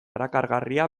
erakargarria